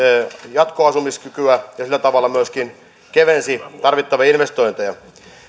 jatkoasumiskykyä ja sillä tavalla myöskin kevensi tarvittavia investointeja